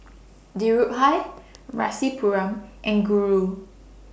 Dhirubhai Rasipuram and Guru